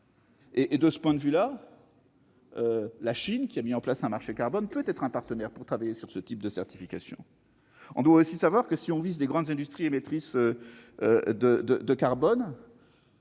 ? De ce point de vue, la Chine, qui a mis en place, je le rappelle, un marché carbone, peut être un partenaire de travail sur ce type de certification. Il faut savoir que si l'on vise les grandes industries émettrices de carbone,